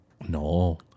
No